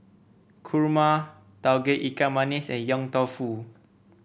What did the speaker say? kurma Tauge Ikan Masin and Yong Tau Foo